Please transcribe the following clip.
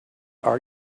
are